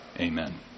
amen